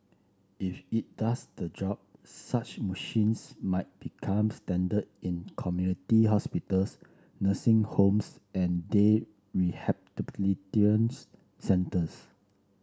if it does the job such machines might become standard in community hospitals nursing homes and day centres